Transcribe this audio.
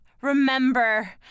remember